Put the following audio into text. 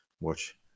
watch